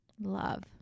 love